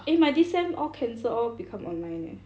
eh my this sem all cancelled all become online eh